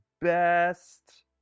best